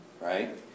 Right